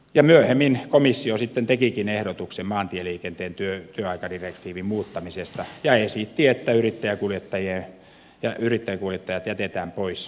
ja myöhemmin komissio sitten tekikin ehdotuksen maantieliikenteen työaikadirektiivin muuttamisesta ja esitti että yrittäjäkuljettajat jätetään pois työaikadirektiivin piiristä